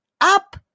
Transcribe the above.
up